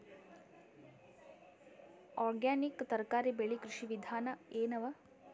Organic ತರಕಾರಿ ಬೆಳಿ ಕೃಷಿ ವಿಧಾನ ಎನವ?